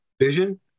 vision